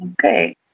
Okay